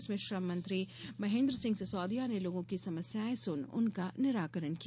इसमें श्रम मंत्री महेन्द्र सिंह सिसोदिया ने लोगों की समस्याएं सुन उनका निराकरण किया